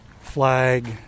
flag